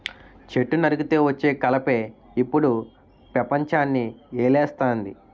చెట్టు నరికితే వచ్చే కలపే ఇప్పుడు పెపంచాన్ని ఏలేస్తంది